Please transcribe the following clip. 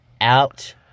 out